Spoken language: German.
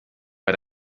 bei